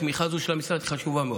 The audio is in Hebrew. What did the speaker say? התמיכה הזו של המשרד חשובה מאוד,